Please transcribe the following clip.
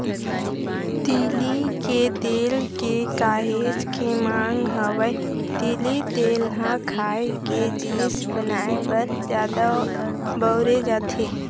तिली के तेल के काहेच के मांग हवय, तिली तेल ह खाए के जिनिस बनाए बर जादा बउरे जाथे